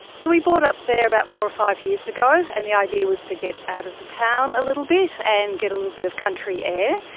so we bought up there about four or five years ago and the idea was to get out of the town a little bit and get a little bit of country air.